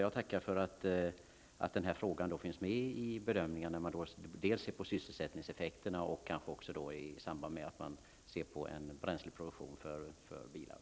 Jag tackar emellertid för att denna fråga finns med vid bedömningen när man ser på sysselsättningseffekterna och kanske även i samband med att man ser över frågan om bränsleproduktion för bilar.